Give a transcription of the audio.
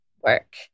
work